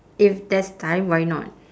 if there's time why not